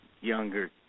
younger